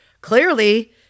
clearly